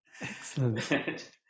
excellent